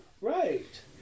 Right